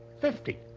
fifty.